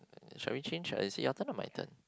shall we change I see your turn or my turn